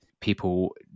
people